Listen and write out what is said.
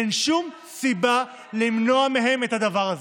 אין שום סיבה למנוע מהם את הדבר הזה.